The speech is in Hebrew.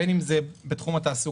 בין אם זה בתחום התעסוקה,